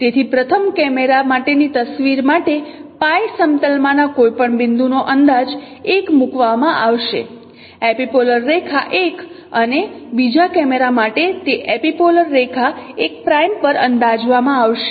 તેથી પ્રથમ કેમેરા માટેની તસવીર માટે સમતલમાંના કોઈપણ બિંદુનો અંદાજ l મૂકવામાં આવશે એપિપોલર રેખા l અને બીજા કેમેરા માટે તે એપિપોલર રેખા l' પર અંદાજવામાં આવશે